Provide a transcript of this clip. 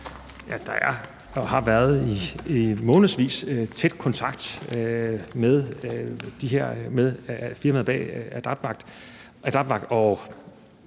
der er og har været, i månedsvis, tæt kontakt med firmaet bag, AdaptVac, og